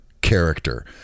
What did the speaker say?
character